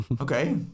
Okay